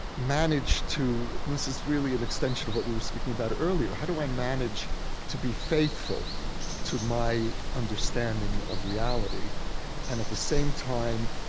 manage to this is really an extension of what we were speaking about earlier. how do i manage to be faithful to my understanding of reality and at the same time